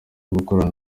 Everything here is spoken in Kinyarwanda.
gukorana